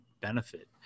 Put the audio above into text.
benefit